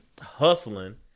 hustling